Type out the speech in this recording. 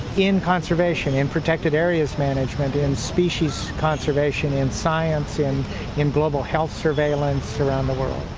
in conservation, in protected areas management, in species conservation, in science, in in global health surveillance, around the world.